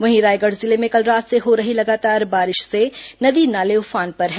वहीं रायगढ़ जिले में कल रात से हो रही लगातार बारिश से नदी नाले उफान पर है